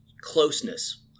closeness